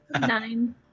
Nine